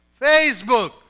Facebook